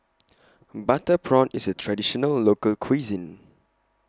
Butter Prawn IS A Traditional Local Cuisine